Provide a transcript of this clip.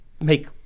make